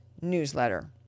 newsletter